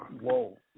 Whoa